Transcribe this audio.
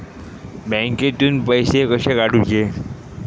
बँकेतून पैसे कसे काढूचे?